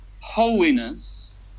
holiness